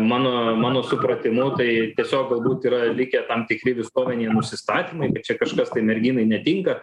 mano mano supratimu tai tiesiog galbūt yra likę tam tikri visuomenėj nusistatymai kad čia kažkas tai merginai netinka